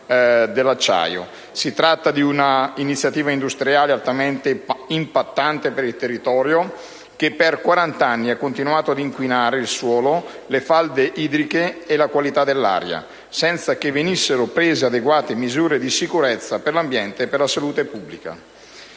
Si tratta di un'iniziativa industriale altamente impattante per il territorio, che per quarant'anni ha continuato ad inquinare il suolo, le falde idriche e la qualità dell'aria, senza che venissero prese adeguate misure di sicurezza per l'ambiente e per la salute pubblica.